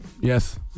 Yes